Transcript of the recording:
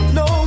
no